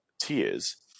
tiers